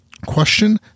Question